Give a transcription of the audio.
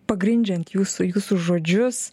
pagrindžiant jūsų jūsų žodžius